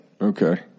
Okay